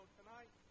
tonight